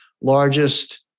largest